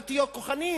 אל תהיו כוחניים,